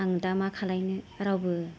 आं दा मा खालामनो रावबो